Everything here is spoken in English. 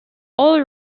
all